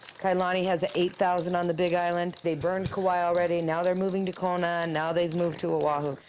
kailana has an eight thousand dollars on the big island. they burned kauai. already. now they're moving to kona. and now they've moved to ah oahu.